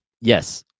Yes